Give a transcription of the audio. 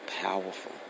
powerful